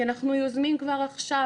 כי אנחנו יוזמים כבר עכשיו,